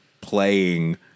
playing